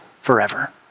forever